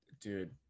Dude